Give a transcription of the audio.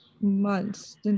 months